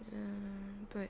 ya but